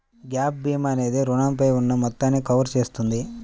gap భీమా అనేది రుణంపై ఉన్న మొత్తాన్ని కవర్ చేస్తుంది